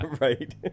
Right